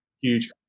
huge